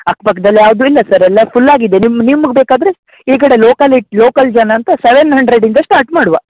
ಅಕ್ಕ ಪಕ್ದಲ್ಲಿ ಯಾವ್ದು ಇಲ್ಲ ಸರ್ ಎಲ್ಲ ಫುಲ್ ಆಗಿದೆ ನಿಮ್ಮ ನಿಮ್ಗೆ ಬೇಕಾದರೆ ಈ ಕಡೆ ಲೋಕಲಿ ಲೋಕಲ್ ಜನ ಅಂತ ಸವೆನ್ ಹಂಡ್ರೆಡ್ ಇಂದ ಸ್ಟಾರ್ಟ್ ಮಾಡುವ